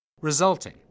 resulting